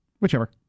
Whichever